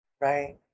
right